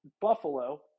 Buffalo